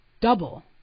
double